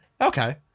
Okay